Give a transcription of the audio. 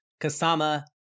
Kasama